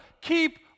keep